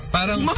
Parang